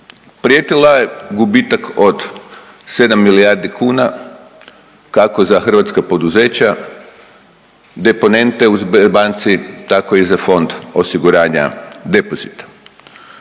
Prijetila je gubitak od 7 milijardi kuna, kako za hrvatska poduzeća, deponente u Sberbanci, tako i za fond osiguranja depozita.